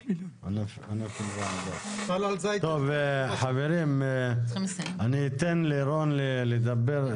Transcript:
טוב חברים, אני אתן לרון לדבר.